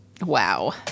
Wow